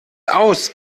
aus